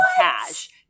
cash